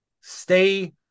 stay